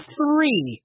three